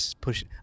push